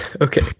Okay